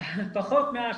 פחות מ-10%.